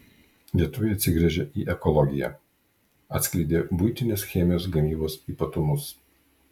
lietuviai atsigręžia į ekologiją atskleidė buitinės chemijos gamybos ypatumus